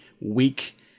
weak